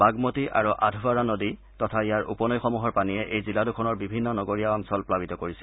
বাগমতি আৰু আধৱাৰা নদী তথা ইয়াৰ উপনৈসমূহৰ পানীয়ে এই জিলা দুখনৰ বিভিন্ন নগৰীয়া অঞ্চল প্লাৱিত কৰিছে